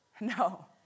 No